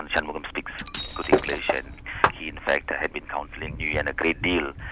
and shanmugam speaks good english and he in fact had been counselling nguyen a great deal,